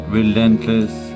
relentless